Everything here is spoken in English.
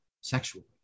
sexually